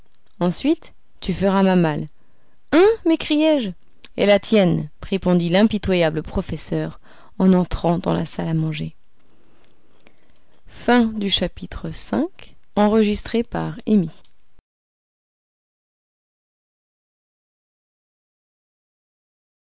ensuite ensuite tu feras ma malle hein m'écriai-je et la tienne répondit l'impitoyable professeur en entrant dans la salle à manger